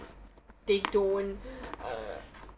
they don't uh